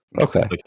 Okay